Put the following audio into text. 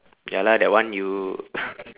ya lah that one you